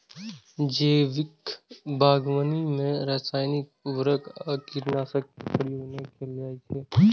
जैविक बागवानी मे रासायनिक उर्वरक आ कीटनाशक के प्रयोग नै कैल जाइ छै